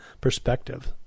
perspective